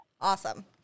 Awesome